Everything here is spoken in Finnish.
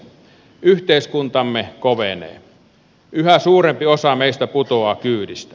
yhteiskuntamme kovenee yhä suurempi osa meistä putoaa kyydistä